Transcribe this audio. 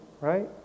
right